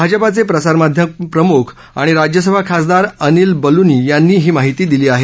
भाजपाचे प्रसारमाध्यम प्रमुख आणि राज्यसभा खासदार अनिल बलुनी यांनी ही माहिती दिली आहे